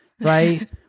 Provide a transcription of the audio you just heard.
right